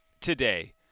today